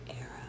era